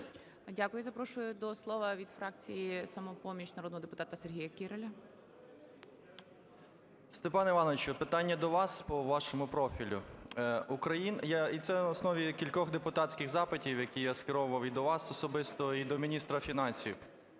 Дякую. Запрошую до слова від фракції "Самопоміч" народного депутата Сергія Кіраля. 10:40:15 КІРАЛЬ С.І. Степане Івановичу, питання до вас по вашому профілю. І це в основі є кількох депутатських запитів, які я скеровував і до вас особисто і до міністра фінансів.